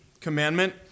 commandment